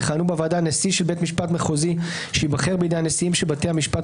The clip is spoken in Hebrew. יכהנו בוועדה נשיא של בית משפט מחוזי שייבחר בידי הנשיאים של בתי המשפט